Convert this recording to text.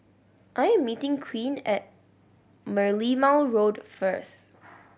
I am meeting Queen at Merlimau Road first